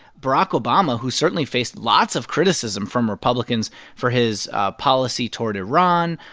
barack obama, who certainly faced lots of criticism from republicans for his policy toward iran,